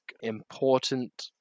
important